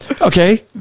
Okay